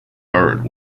bard